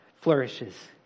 flourishes